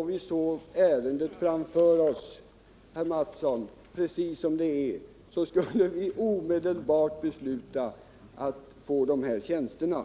om vi såg ärendet framför oss, herr Mattsson, precis som det är, skulle vi omedelbart besluta att inrätta dessa tjänster.